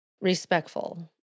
respectful